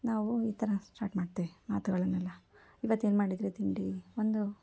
ನಾವು ಈ ಥರ ಸ್ಟಾಟ್ ಮಾಡ್ತೀವಿ ಮಾತುಗಳನ್ನೆಲ್ಲ ಇವತ್ತು ಏನು ಮಾಡಿದ್ದಿರಿ ತಿಂಡಿ ಒಂದು